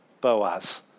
Boaz